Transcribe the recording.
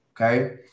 okay